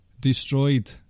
destroyed